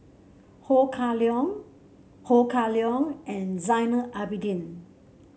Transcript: Ho Kah Leong Ho Kah Leong and Zainal Abidin